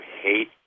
hate